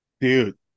Dude